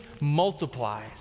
multiplies